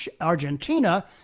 Argentina